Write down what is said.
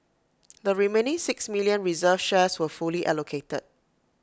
the remaining six million reserved shares were fully allocated